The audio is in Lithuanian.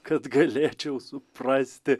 kad galėčiau suprasti